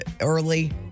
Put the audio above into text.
early